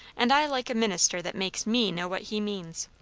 and i like a minister that makes me know what he means.